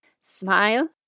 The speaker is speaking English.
Smile